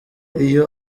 iyo